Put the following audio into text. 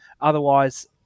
otherwise